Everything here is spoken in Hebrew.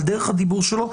על דרך הדיבור שלו,